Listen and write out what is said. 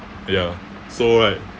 ya so like